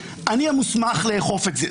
אני המוסמך לאכוף את זה,